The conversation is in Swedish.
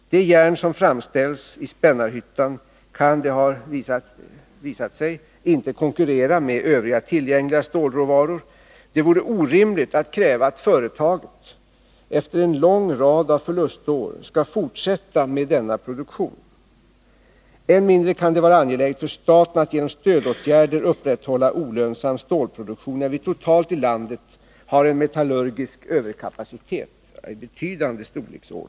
Det järn som framställs i Spännarhyttan kan — har det visat sig — inte konkurrera med övriga tillgängliga stålråvaror. Det vore orimligt att kräva att företaget — efter en lång rad av förlustår — skall fortsätta med denna produktion. Än mindre kan det vara angeläget för staten att genom stödåtgärder upprätthålla olönsam stålproduktion, när vi totalt i landet har en metallurgisk överkapacitet av betydande storlek.